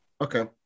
Okay